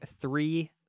three